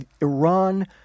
Iran